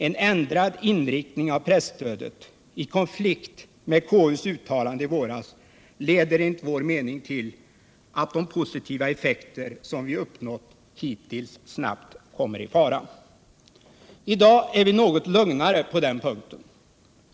En ändrad inriktning av presstödet — i konflikt med KU:s uttalande i våras — leder enligt vår mening till att de positiva effekter som vi hittills uppnått snabbt kommer i fara. I dag är vi något lugnare på den punkten.